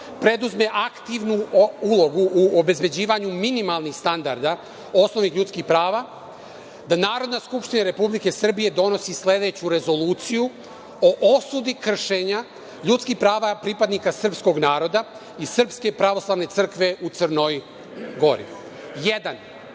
preduzme aktivnu ulogu u obezbeđivanju minimalnih standarda osnovnih ljudskih prava, da Narodna skupština Republike Srbije donosi sledeću rezoluciju o osudi kršenja ljudskih prava pripadnika srpskih naroda i SPC u Crnoj Gori. Jedan